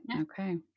Okay